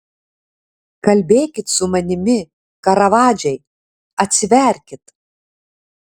kalbėkit su manimi karavadžai atsiverkit